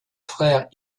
frère